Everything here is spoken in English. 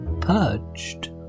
purged